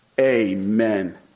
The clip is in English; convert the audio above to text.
Amen